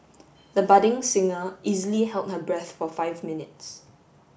the budding singer easily held her breath for five minutes